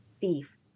thief